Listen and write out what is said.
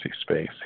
space